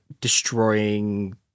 destroying